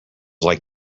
like